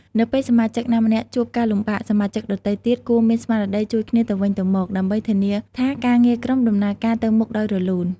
នៅពេលសមាជិកណាម្នាក់ជួបការលំបាក សមាជិកដទៃទៀតគួរមានស្មារតីជួយគ្នាទៅវិញទៅមក ដើម្បីធានាថាការងារក្រុមដំណើរការទៅមុខដោយរលូន។